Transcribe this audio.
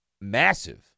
massive